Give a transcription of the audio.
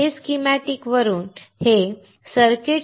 हे schematic circuitstoday